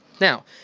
Now